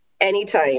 anytime